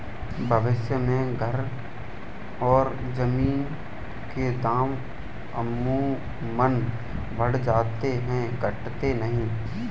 भविष्य में घर और जमीन के दाम अमूमन बढ़ जाते हैं घटते नहीं